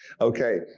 Okay